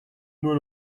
nur